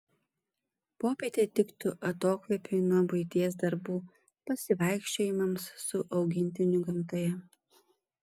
popietė tiktų atokvėpiui nuo buities darbų pasivaikščiojimams su augintiniu gamtoje